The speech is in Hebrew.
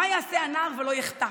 מה יעשה הנער ולא יחטא?